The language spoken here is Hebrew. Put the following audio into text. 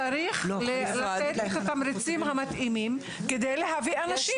צריך לתת את התמריצים המתאימים כדי להביא אנשים.